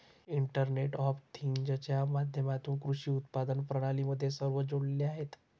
internet of थिंग्जच्या माध्यमातून कृषी उत्पादन प्रणाली मध्ये सर्व जोडलेले आहेत